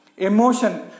Emotion